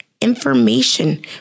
information